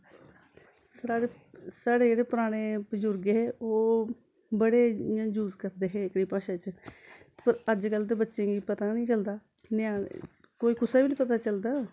साढ़े जेह्ड़े पराने बजुर्ग हे ओह् बड़े इ'यां जूस करदे हे एह् कड़ी भाशा च अज कल दे बच्चें गी पता गै निं चलदा कोई कुसे बी निं पता चलदा